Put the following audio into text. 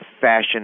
fashion